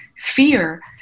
fear